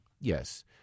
Yes